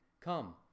Come